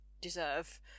deserve